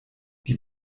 die